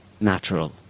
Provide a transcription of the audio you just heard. natural